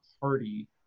party